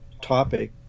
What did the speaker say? topic